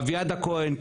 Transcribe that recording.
אביעד הכהן,